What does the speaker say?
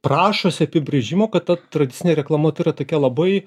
prašosi apibrėžimo kad ta tradicinė reklama tai yra tokia labai